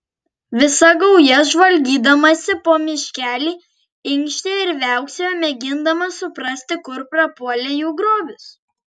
visa gauja žvalgydamasi po miškelį inkštė ir viauksėjo mėgindama suprasti kur prapuolė jų grobis